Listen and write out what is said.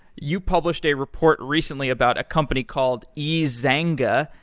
you published a report recently about a company called ezanga,